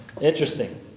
Interesting